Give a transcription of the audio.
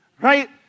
right